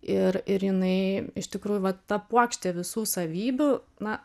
ir ir jinai iš tikrųjų vat ta puokštė visų savybių na